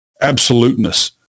absoluteness